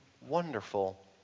wonderful